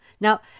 Now